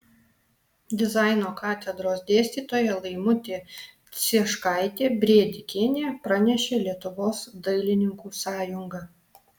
dizaino katedros dėstytoja laimutė cieškaitė brėdikienė pranešė lietuvos dailininkų sąjunga